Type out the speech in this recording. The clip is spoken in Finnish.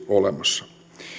olemassa